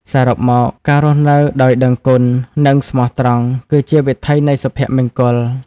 សរុបមក ការរស់នៅដោយដឹងគុណ និងស្មោះត្រង់ គឺជាវិថីនៃសុភមង្គល។